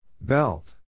Belt